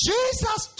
Jesus